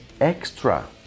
extra